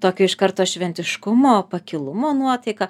tokio iš karto šventiškumo pakilumo nuotaika